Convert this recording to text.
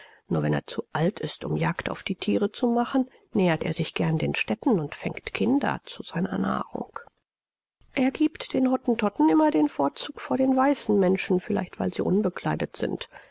nur wenn er zu alt ist um jagd auf die thiere zu machen nähert er sich gern den städten und fängt kinder zu seiner nahrung er giebt den hottentotten immer den vorzug vor den weißen menschen vielleicht weil sie unbekleidet sind